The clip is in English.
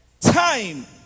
Time